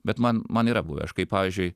bet man man yra buvę aš kai pavyzdžiui